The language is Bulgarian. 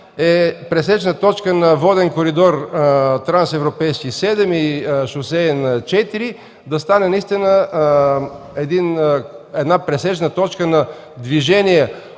е пресечна точка на воден коридор – Трансевропейски 7 и шосе на 4, да стане наистина една пресечна точка на движение